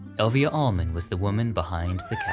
elvia allman was the woman behind the